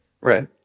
Right